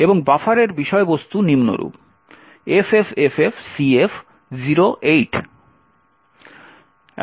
এবং বাফারের বিষয়বস্তু নিম্নরূপ FFFFCF08